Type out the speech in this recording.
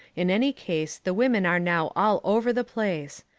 in any case the women are now all over the place.